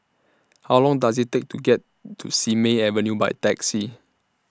How Long Does IT Take to get to Simei Avenue By Taxi